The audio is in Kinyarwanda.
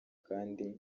kandi